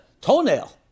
toenail